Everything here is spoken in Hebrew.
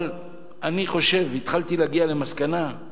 אבל אני חושב, התחלתי להגיע למסקנה,